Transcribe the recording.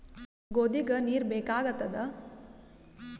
ಗೋಧಿಗ ನೀರ್ ಬೇಕಾಗತದ?